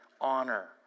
honor